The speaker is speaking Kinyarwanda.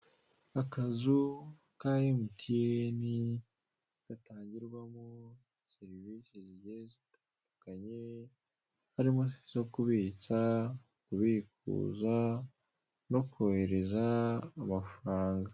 Akazu ka emutiyene gacururizwamo serivise zigiye zitadukanye harimo zo kubitsa kubikuza no kohereza amafaranga.